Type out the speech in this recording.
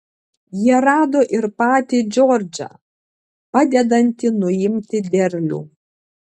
jie rado ir patį džordžą padedantį nuimti derlių